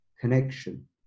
connection